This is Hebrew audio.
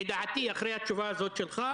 לדעתי אחרי התשובה הזאת שלך,